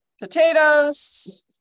potatoes